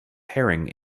herring